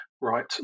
right